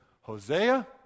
Hosea